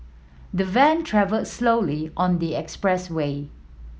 the van travelled slowly on the expressway